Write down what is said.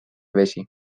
vesi